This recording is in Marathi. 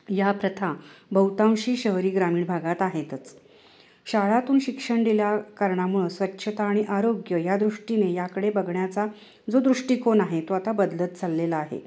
या प्रथा बहुतांशी शहरी ग्रामीण भागात आहेतच शाळातून शिक्षण दिल्या कारणामुळं स्वच्छता आणि आरोग्य या दृष्टीने याकडे बघण्याचा जो दृष्टिकोन आहे तो आता बदलत चाललेला आहे